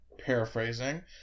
paraphrasing